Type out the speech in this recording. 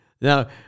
Now